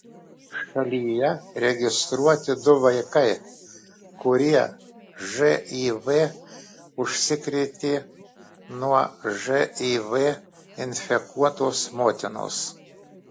šalyje registruoti du vaikai kurie živ užsikrėtė nuo živ infekuotos motinos